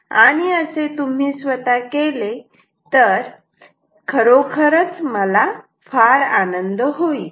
आणि असे तुम्ही स्वतः केले तर खरोखरच मला फार आनंद होईल